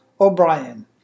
O'Brien